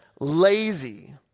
lazy